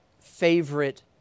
favorite